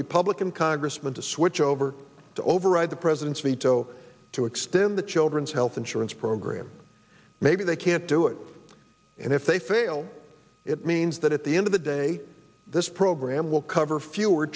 republican congressman to switch over to override the president's veto to extend the children's health insurance program maybe they can't do it and if they fail it means that at the end of the day this program will cover fewer